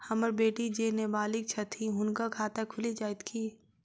हम्मर बेटी जेँ नबालिग छथि हुनक खाता खुलि जाइत की?